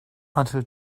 until